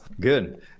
good